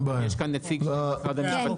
יש כאן נציג של משרד המשפטים שרוצה להבהיר.